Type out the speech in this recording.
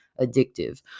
addictive